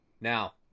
Now